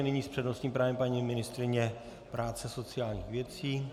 Nyní s přednostním právem paní ministryně práce a sociálních věcí.